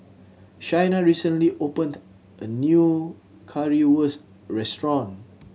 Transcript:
Shayna recently opened a new Currywurst restaurant